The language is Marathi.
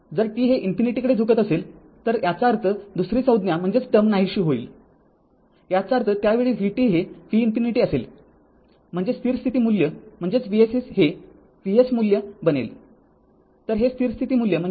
जर t हे ∞ कडे झुकत असेल तर याचा अर्थ दुसरी संज्ञा नाहीशी होईल याचा अर्थ त्या वेळी vt हे V ∞असेल म्हणजे स्थिर स्थिती मूल्य म्हणजे Vss हे Vs मूल्य बनेल